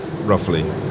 roughly